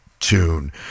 tune